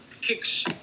kicks